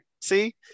See